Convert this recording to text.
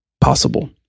possible